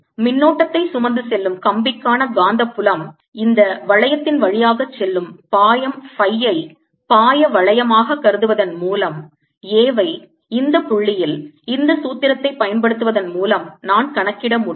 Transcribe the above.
மின்னோட்டத்தை சுமந்து செல்லும் கம்பிக்கான காந்தப் புலம் இந்த வளையத்தின் வழியாகச் செல்லும் பாயம் phi ஐ பாயவளையமாக கருதுவதன் மூலம் A வை இந்த புள்ளியில் இந்த சூத்திரத்தைப் பயன்படுத்துவதன் மூலம் நான் கணக்கிட முடியும்